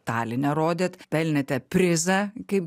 taline rodėt pelnėte prizą kaip